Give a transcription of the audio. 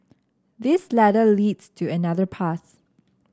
this ladder leads to another path